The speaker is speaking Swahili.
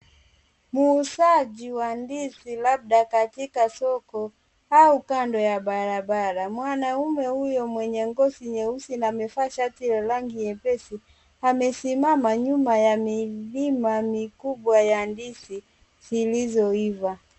Muuzaji wa ndizi labda katika soko au kando ya barabara,. Mwanaume huyo mwenye ngozi nyeusi na amevaa shati la rangi nyepesi, amesimama nyuma ya milima mikubwa ya ndizi zilizoiva.